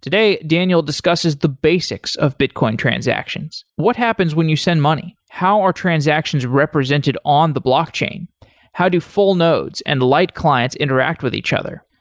today, daniel discusses the basics of bitcoin transactions. what happens when you send money? how are transactions represented on the blockchain? how do full nodes and light clients interact with each other?